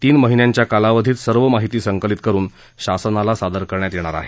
तीन महिन्याच्या कालावधीत सर्व माहिती संकलित करून शासनाला सादर करण्यात येणार आहे